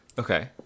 Okay